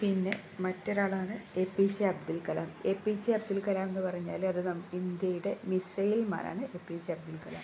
പിന്നെ മറ്റൊരാളാണ് A P J Abdul Kalam A P J Abdul കലാമെന്ന് പറഞ്ഞാല് അത് ഇന്ത്യയുടെ മിസൈൽ മാനാണ് A P J Abdul Kalam